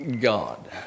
God